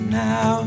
now